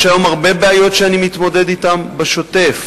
יש היום הרבה בעיות שאני מתמודד אתן בשוטף,